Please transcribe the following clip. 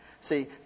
See